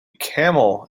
camel